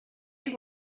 eat